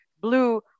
blue